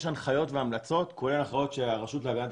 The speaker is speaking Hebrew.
יש הנחיות והמלצות כולל הנחיות של הרשות להגנת